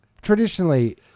Traditionally